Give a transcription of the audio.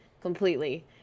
completely